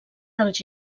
dels